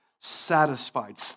satisfied